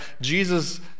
Jesus